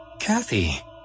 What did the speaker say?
Kathy